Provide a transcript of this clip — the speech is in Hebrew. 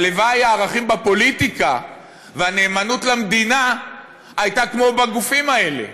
הלוואי שהערכים בפוליטיקה והנאמנות למדינה היו כמו בגופים האלה.